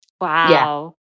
Wow